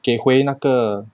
给回那个